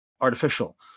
artificial